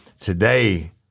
Today